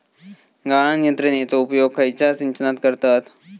गाळण यंत्रनेचो उपयोग खयच्या सिंचनात करतत?